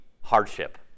hardship